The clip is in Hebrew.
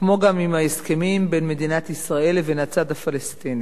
כמו גם עם ההסכמים בין מדינת ישראל לבין הצד הפלסטיני.